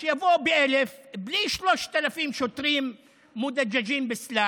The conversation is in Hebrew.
שיבואו 1,000 בלי 3,000 שוטרים (אומר בערבית: חמושים בנשק.)